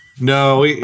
No